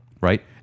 right